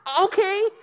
okay